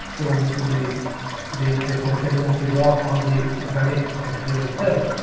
so one which could be this the placement sedimentary rock or the valid material itself.